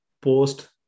post